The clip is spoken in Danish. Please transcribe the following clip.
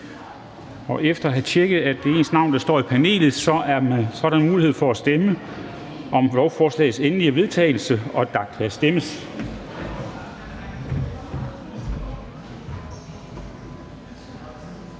Efter at have tjekket, at det er ens navn, der står i panelet, er der mulighed for at stemme om lovforslagets endelige vedtagelse, og der kan stemmes.